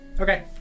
Okay